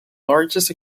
largest